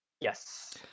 Yes